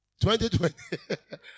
2020